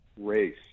race